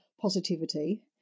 positivity